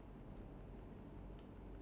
oh boring